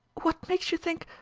what makes you think?